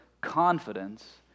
confidence